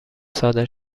صادر